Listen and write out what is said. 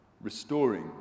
restoring